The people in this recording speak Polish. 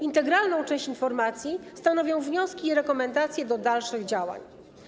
Integralną część informacji stanowią wnioski i rekomendacje do dalszych działań.